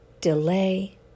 delay